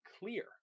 clear